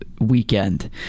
weekend